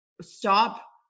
stop